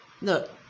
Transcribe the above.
look